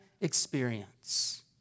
experience